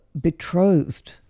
betrothed